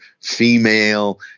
female